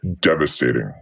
devastating